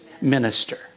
minister